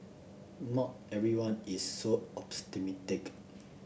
not everyone is so optimistic